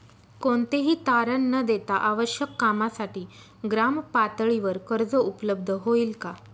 कोणतेही तारण न देता आवश्यक कामासाठी ग्रामपातळीवर कर्ज उपलब्ध होईल का?